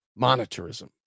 monetarism